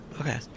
Okay